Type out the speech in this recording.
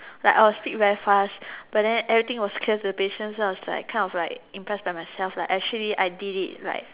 like I will speak very fast but then everything was clear to the patient so I was like kind of like impressed by myself lah actually I did it like